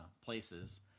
places